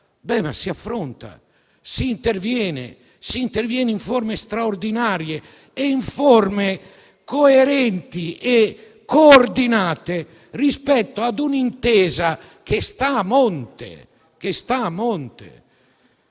si affronta, si interviene in forme straordinarie, coerenti e coordinate rispetto ad un'intesa che sta a monte.